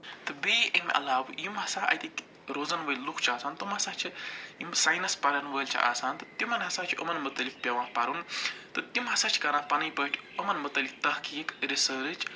تہٕ بیٚیہِ اَمہِ علاوٕ یِم ہَسا اَتِکۍ روزن وٲلۍ لُکھ چھِ آسان تِم ہَسا چھِ یِم ساینس پرن وٲلۍ چھِ آسان تہٕ تِمن ہَسا چھِ یِمن متعلق پٮ۪وان پَرُن تہٕ تِم ہَسا چھِ کَران پنٕنۍ پٲٹھۍ یِمن متعلق تحقیٖق رسٲرٕچ